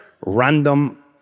random